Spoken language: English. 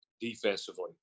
defensively